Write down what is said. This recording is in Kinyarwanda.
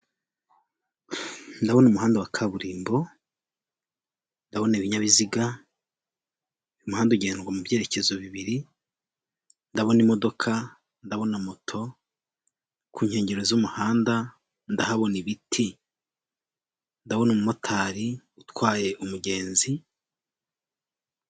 Ifoto y'abana b'abanyeshuri bicaye muri sale, imbere yaho hakaba hari umuyobozi urimo kubaha amabwiriza.